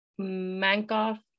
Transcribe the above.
Mankoff